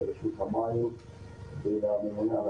אנחנו מודים באמת לרשות המים ולממונה על